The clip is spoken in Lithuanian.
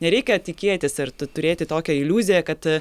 nereikia tikėtis ir turėti tokią iliuziją kad